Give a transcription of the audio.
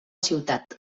ciutat